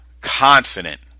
confident